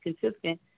consistent